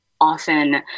often